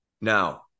Now